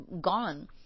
gone